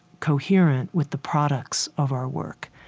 coherent with the products of our work.